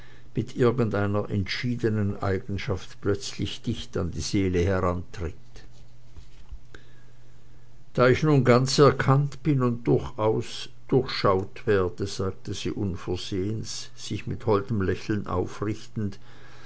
mit irgendeiner entschiedenen eigenschaft plötzlich dicht an die seele herantritt da ich nun ganz erkannt bin und durchschaut werde sagte sie unversehens sich mit holdem lächeln aufrichtend